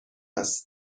است